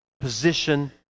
position